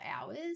hours